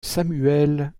samuel